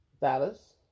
Dallas